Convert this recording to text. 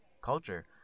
culture